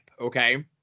okay